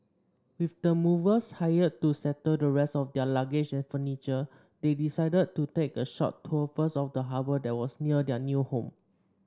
with the movers hired to settle the rest of their luggage and furniture they decided to take a short tour first of the harbour that was near their new home